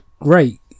great